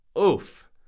oof